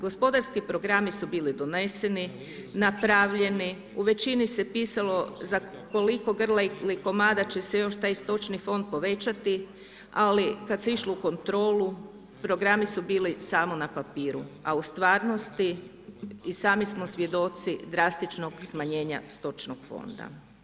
Gospodarski programi su bili doneseni, napravljeni u većini se pisalo za koliko grla i komada će se još taj stočni fond povećati, ali kad se išlo u kontrolu programi su bili samo na papiru, a u stvarnosti i sami smo svjedoci drastičnog smanjenja stočnog fonda.